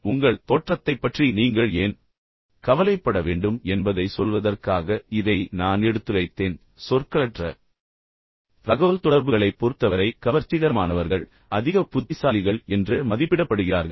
எனவே உங்கள் தோற்றத்தைப் பற்றி நீங்கள் ஏன் உண்மையில் கவலைப்பட வேண்டும் என்பதை உங்களுக்குச் சொல்வதற்காக இதை நான் எடுத்துரைத்தேன் ஏனெனில் சொற்களற்ற தகவல்தொடர்புகளைப் பொறுத்தவரை கவர்ச்சிகரமானவர்கள் அல்லது அதிக புத்திசாலிகள் என்று மதிப்பிடப்படுகிறார்கள்